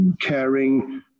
caring